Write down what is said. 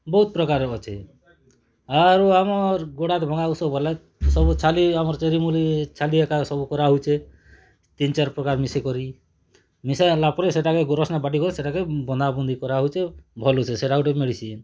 ବହୁତ ପ୍ରକାରେ ଅଛେ ଆରୁ ଆମର ଗୋଡ଼ ହାତ ଭଙ୍ଗା ଉଷ ଆଉ ସବୁ ଭଲ ସବୁ ଛାଲି ଆମର ଚେରି ମୂଲି ଛାଲି ଏକା ସବୁ କରା ହେଉଛେ ତିନି ଚାର୍ ପ୍ରକାର ମିଶିକରି ମିଶେଇ ହେଲା ପରେ ସେଟା କେ ଗୁରସ୍ତ ନୁ ବାଟି କରି ସେଟା କେ ବନ୍ଧା ବୁନ୍ଧି କରା ହଉଛି ଭଲ ହେଉଛେ ସେଟା ଗୁଟେ ମେଡ଼ିସିନ